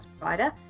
provider